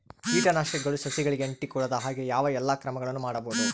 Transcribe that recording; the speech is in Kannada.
ಕೇಟನಾಶಕಗಳು ಸಸಿಗಳಿಗೆ ಅಂಟಿಕೊಳ್ಳದ ಹಾಗೆ ಯಾವ ಎಲ್ಲಾ ಕ್ರಮಗಳು ಮಾಡಬಹುದು?